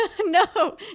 No